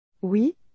Oui